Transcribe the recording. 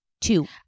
two